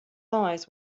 eyes